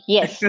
Yes